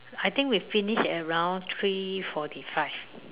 I think we finish at around three forty five